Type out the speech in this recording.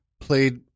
played